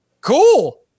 cool